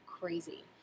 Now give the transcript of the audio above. crazy